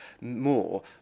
more